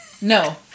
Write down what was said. No